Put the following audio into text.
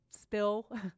spill